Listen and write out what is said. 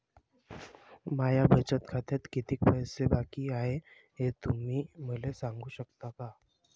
माया बचत खात्यात कितीक पैसे बाकी हाय, हे तुम्ही मले सांगू सकानं का?